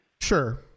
Sure